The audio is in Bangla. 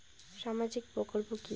সামাজিক প্রকল্প কি?